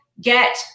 get